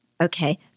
okay